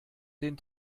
den